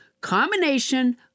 combination